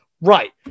right